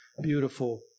beautiful